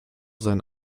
sein